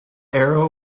arrow